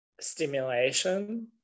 stimulation